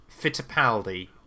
Fittipaldi